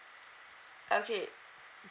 okay